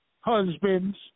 husbands